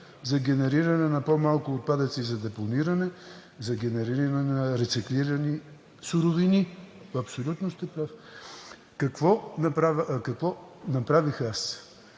за генериране на по-малко отпадъци за депониране, за генериране на рециклирани суровини. Абсолютно сте прав! Какво направих аз?